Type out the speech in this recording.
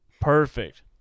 Perfect